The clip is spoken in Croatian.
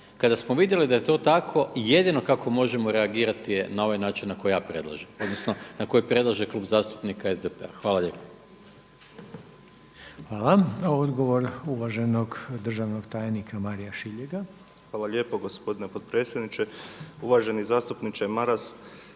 Kada smo vidjeli da je to tako jedino kako možemo reagirati je na ovaj način na koji ja predlažem odnosno na koji predlaže Klub zastupnika SDP-a. Hvala lijepo. **Reiner, Željko (HDZ)** Hvala. Odgovor uvaženog državnog tajnika Marija Šiljega. **Šiljeg, Mario (HDZ)** Hvala lijepo gospodine potpredsjedniče. Uvaženi zastupniče Maras,